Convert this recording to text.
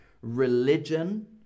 religion